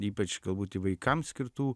ypač galbūt ir vaikams skirtų